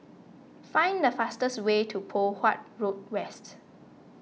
find the fastest way to Poh Huat Road West